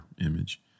image